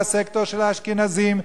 הסקטור של האשכנזים,